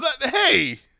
Hey